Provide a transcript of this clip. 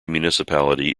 municipality